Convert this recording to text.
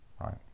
right